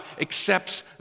accepts